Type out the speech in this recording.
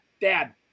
dad